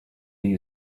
you